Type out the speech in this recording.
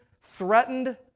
threatened